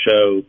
show